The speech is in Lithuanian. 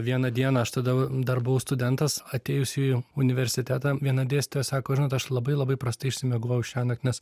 vieną dieną aš tada dar buvau studentas atėjus į universitetą viena dėstytoja sako žinot aš labai labai prastai išsimiegojau šiąnakt nes